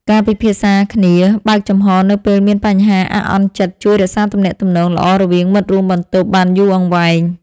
ការពិភាក្សាគ្នាបើកចំហរនៅពេលមានបញ្ហាអាក់អន់ចិត្តជួយរក្សាទំនាក់ទំនងល្អរវាងមិត្តរួមបន្ទប់បានយូរអង្វែង។